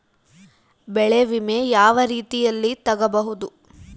ಬೆಳೆ ವಿಮೆ ಯಾವ ರೇತಿಯಲ್ಲಿ ತಗಬಹುದು?